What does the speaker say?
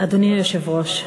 אדוני היושב-ראש,